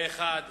התקבל פה-אחד.